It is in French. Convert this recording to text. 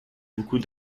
beaucoup